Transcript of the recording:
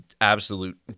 absolute